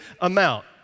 amount